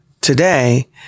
today